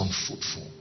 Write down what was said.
unfruitful